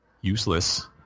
useless